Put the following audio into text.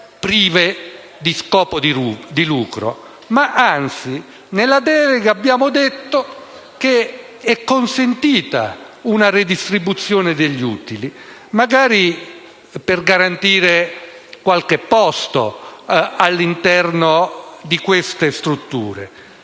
prive di scopo di lucro. Al contrario, nella delega abbiamo detto che è consentita una redistribuzione degli utili, magari per garantire qualche posto all'interno di queste strutture.